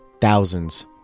Thousands